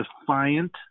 defiant